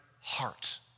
heart